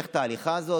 היה הולך את ההליכה הזאת.